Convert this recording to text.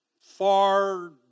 far